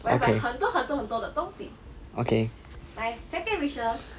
okay okay